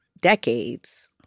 decades